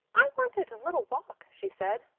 i wanted a little walk, she said.